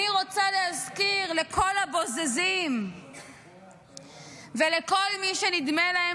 אני רוצה להזכיר לכל הבוזזים ולכל מי שנדמה להם